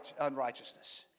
unrighteousness